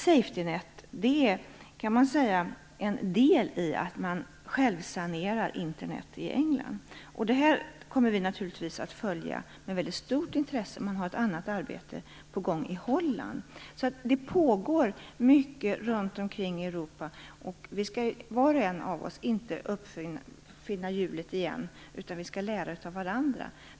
Safety Net är en del i att man självsanerar Internet i England. Det kommer vi naturligtvis att följa med stort intresse. Ett annat arbete är på gång i Holland. Det pågår alltså mycket runt omkring i Europa. Vi skall inte var och en uppfinna hjulet igen, utan vi skall lära av varandra.